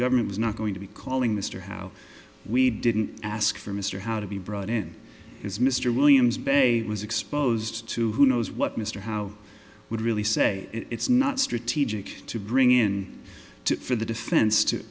government was not going to be calling mr howe we didn't ask for mr howe to be brought in as mr williams bay was exposed to who knows what mr howe would really say it's not strategic to bring in for the defense to